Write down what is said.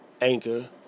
Anchor